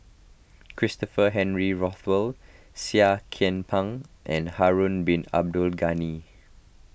Christopher Henry Rothwell Seah Kian Peng and Harun Bin Abdul Ghani